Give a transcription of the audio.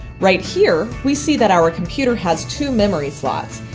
right here, we see that our computer has two memory slots.